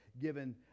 given